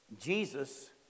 Jesus